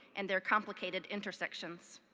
and their complicated intersections.